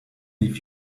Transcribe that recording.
leave